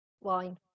Wine